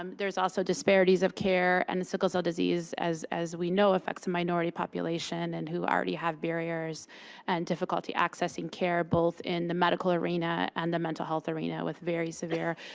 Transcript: um there's also disparities of care. and sickle cell disease, as as we know, affects a minority population and who already have barriers and difficulty accessing care, both in the medical arena and the mental health arena, with very severe,